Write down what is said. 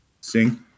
Sing